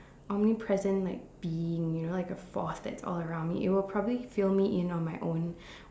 omnipresent like being you know like a force that's all around me it'll probably fill me in on my own